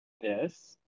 Yes